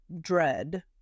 dread